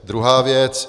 Druhá věc.